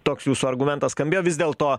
toks jūsų argumentas skambėjo vis dėlto